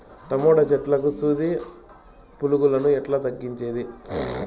Tomato చెట్లకు సూది పులుగులను ఎట్లా తగ్గించేది?